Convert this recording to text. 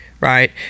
right